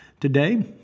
today